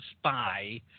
spy